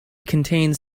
contains